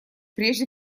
прежде